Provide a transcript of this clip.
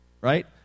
Right